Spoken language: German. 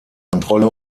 kontrolle